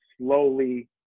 slowly